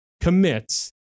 commits